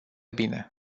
bine